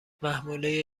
محموله